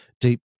deep